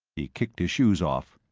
he kicked his shoes off.